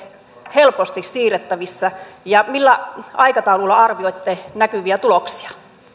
helposti siirrettävissä ja millä aikataululla arvioitte näkyviä tuloksia